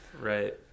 right